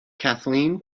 kathleen